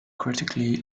critically